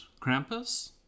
Krampus